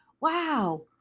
wow